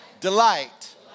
delight